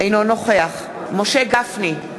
אינו נוכח משה גפני,